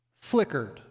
flickered